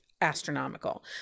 astronomical